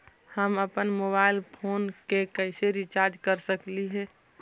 हम अप्पन mobile phone के कैसे रिचार्ज कर सकली हे?